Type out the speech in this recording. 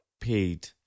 paid